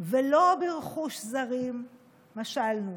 ולא ברכוש זרים משלנו,